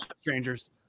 strangers